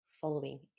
following